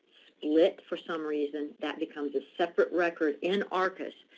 split for some reason, that becomes a separate record in arcis.